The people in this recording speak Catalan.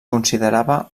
considerava